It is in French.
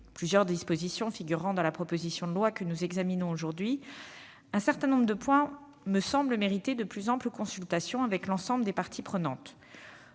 plusieurs dispositions figurant dans la proposition de loi, un certain nombre de points me semblent mériter de plus amples consultations avec l'ensemble des parties prenantes.